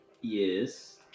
Yes